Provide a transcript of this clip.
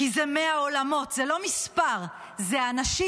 כי זה 100 עולמות, זה לא מספר, זה אנשים,